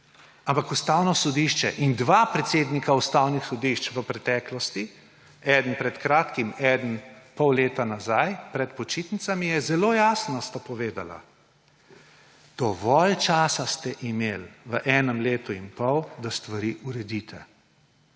Ampak Ustavno sodišče in dva predsednika Ustavnega sodišča v preteklosti, eden pred kratkim, eden pol leta nazaj, pred počitnicami, sta zelo jasno povedala, da ste imeli dovolj časa v enem letu in pol, da stvari uredite.